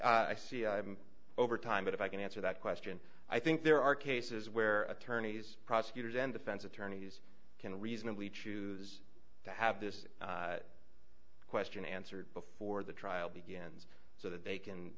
are i see over time but if i can answer that question i think there are cases where attorneys prosecutors and defense attorneys can reasonably choose to have this question answered before the trial begins so that they can